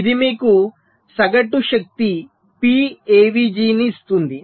ఇది మీకు సగటు శక్తి Pavg ని ఇస్తుంది